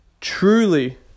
truly